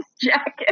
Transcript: jacket